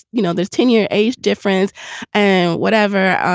you know, there's ten year age difference and whatever.